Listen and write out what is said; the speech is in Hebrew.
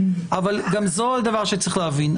אבל גם זה עוד דבר שצריך להבין.